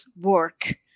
work